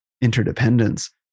interdependence